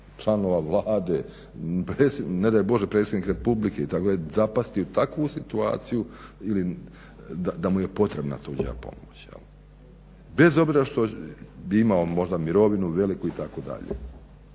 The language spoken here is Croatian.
predsjednik, ne daj Bože predsjednik Republike itd. zapasti u takvu situaciju ili da mu je potrebna tuđa pomoć. Bez obzira što bi imao možda mirovinu veliku itd.